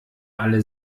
alle